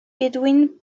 edwin